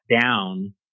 down